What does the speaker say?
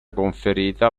conferita